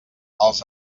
els